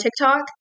TikTok